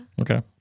Okay